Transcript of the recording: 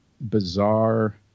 bizarre